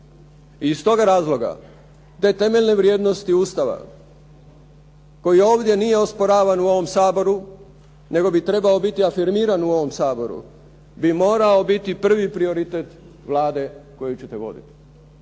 I stoga razloga, te temeljne vrijednosti Ustava koji ovdje nije osporavan u ovom Saboru nego bi trebao biti afirmiran u ovom Saboru bi morao biti prvi prioritet Vlade koju ćete voditi.